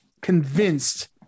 convinced